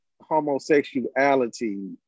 homosexuality